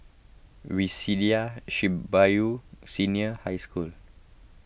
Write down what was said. Waseda Shibuya Senior High School